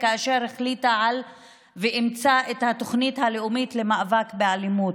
כאשר החליטה ואימצה את התוכנית הלאומית למאבק באלימות.